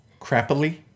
Crappily